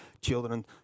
children